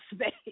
space